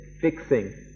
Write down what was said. fixing